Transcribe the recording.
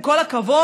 עם כל הכבוד,